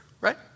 Right